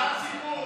שעת סיפור.